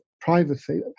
privacy